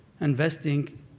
investing